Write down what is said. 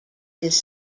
his